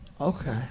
Okay